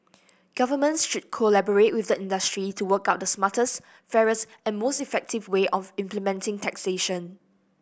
governments should collaborate with the industry to work out the smartest fairest and most effective way of implementing taxation